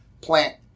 plant